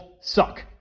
suck